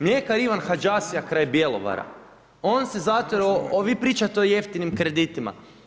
Mljekar Ivan Hadžasija kraj Bjelovara, on se … vi pričate o jeftinim kreditima.